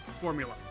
formula